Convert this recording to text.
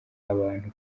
abantu